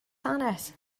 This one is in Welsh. hanes